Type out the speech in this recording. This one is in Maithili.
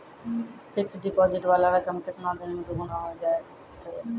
फिक्स्ड डिपोजिट वाला रकम केतना दिन मे दुगूना हो जाएत यो?